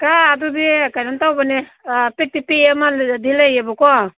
ꯀꯀꯥ ꯑꯗꯨꯗꯤ ꯀꯩꯅꯣ ꯇꯧꯕꯅꯦ ꯄꯤꯛꯇꯤ ꯄꯤꯛꯑꯦ ꯑꯃꯗꯤ ꯂꯩꯌꯦꯕꯀꯣ